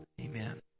Amen